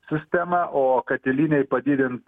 sistema o katilinėj padidint